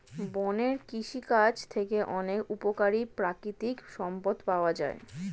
বনের কৃষিকাজ থেকে অনেক উপকারী প্রাকৃতিক সম্পদ পাওয়া যায়